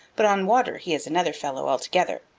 but on water he is another fellow altogether.